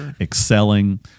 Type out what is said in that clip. excelling